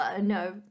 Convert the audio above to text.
No